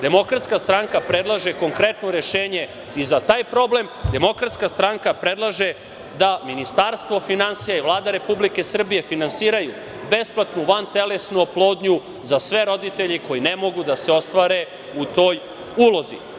Demokratska stranka predlaže konkretno rešenje i za taj problem, DS predlaže da Ministarstvo finansija i Vlada Republike Srbije finansiraju besplatnu vantelesnu oplodnju za sve roditelje koji ne mogu da se ostvare u toj ulozi.